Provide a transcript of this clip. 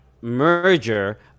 merger